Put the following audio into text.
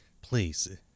please